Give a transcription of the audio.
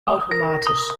automatisch